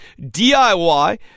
DIY